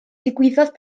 digwyddodd